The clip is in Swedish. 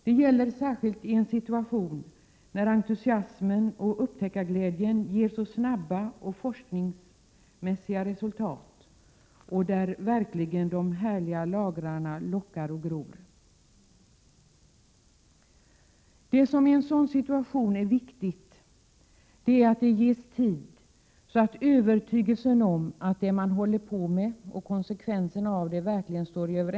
Detta gäller särskilt i en situation då entusiasmen och upptäckarglädjen ger så snabba forskningsresultat och då de härliga lagrarna verkligen lockar och gror. I en sådan situation är det viktigt att det ges tid, så att övertygelsen om att det man håller på med och konsekvenserna av det verkligen står i 4” Prot.